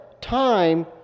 time